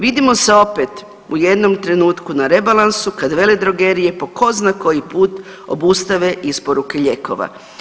Vidimo se opet u jednom trenutku na rebalansu kad veledrogerije po tko zna koji put obustave isporuke lijekova.